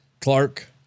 Clark